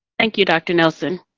thank you, dr. nelson.